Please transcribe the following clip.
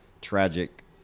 tragic